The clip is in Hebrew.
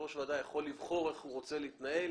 ראש ועדה יכול לבחור איך הוא רוצה להתנהל.